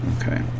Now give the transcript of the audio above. Okay